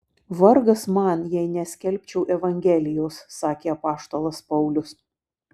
vargas man jei neskelbčiau evangelijos sakė apaštalas paulius